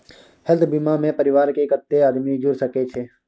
Health बीमा मे परिवार के कत्ते आदमी जुर सके छै?